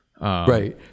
Right